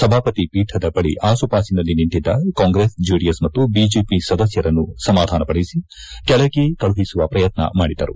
ಸಭಾಪತಿ ಪೀಠದ ಬಳಿ ಆಸುಪಾಸಿನಲ್ಲಿ ನಿಂತಿದ್ದ ಕಾಂಗ್ರೆಸ್ ಜೆಡಿಎಸ್ ಮತ್ತು ಬಿಜೆಪಿ ಸದಸ್ಕರನ್ನು ಸಮಾಧಾನಪಡಿಸಿ ಕೆಳಗೆ ಕಳುಹಿಸುವ ಪ್ರಯತ್ನ ಮಾಡಿದರು